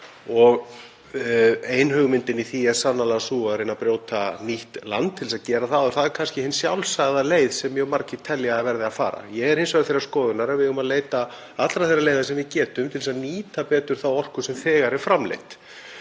Ein hugmyndin í því er sannarlega sú að reyna að brjóta nýtt land til að gera það og það er kannski hin sjálfsagða leið sem mjög margir telja að verði að fara. Ég er hins vegar þeirrar skoðunar að við eigum að leita allra þeirra leiða sem við getum til þess að nýta betur þá orku sem þegar er framleidd.